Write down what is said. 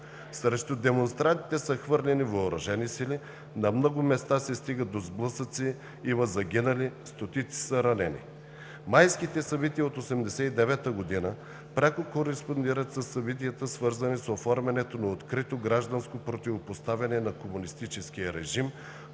Срещу демонстрантите са хвърляни въоръжени сили. На много места се стига до сблъсъци, има загинали, стотици са ранени. Майските събития от 1989 г. пряко кореспондират със събитията, свързани с оформянето на открито гражданско противопоставяне на комунистическия режим